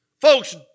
Folks